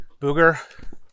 Booger